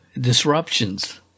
disruptions